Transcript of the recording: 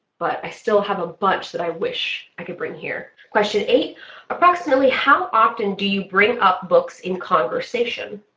but i still have a bunch that i wish i could bring here. question eight approximately how often do you bring up books in conversation?